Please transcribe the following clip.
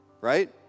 Right